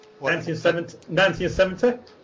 1970